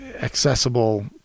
accessible